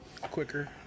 quicker